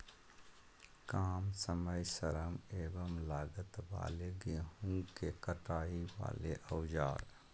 काम समय श्रम एवं लागत वाले गेहूं के कटाई वाले औजार?